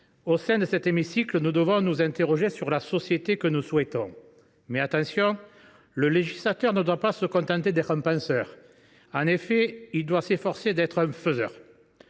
au sein de cet hémicycle, nous devons nous interroger sur la société que nous souhaitons. Toutefois, le législateur ne saurait se contenter d’être un penseur ; il doit s’efforcer d’être un faiseur.